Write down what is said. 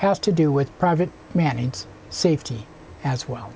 has to do with private manning safety as well